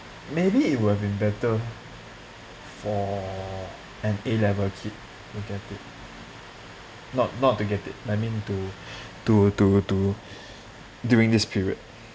maybe it would've been better for an A level kid to get it not not to get I mean to to to to during this period